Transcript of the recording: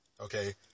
Okay